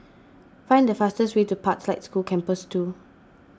find the fastest way to Pathlight School Campus two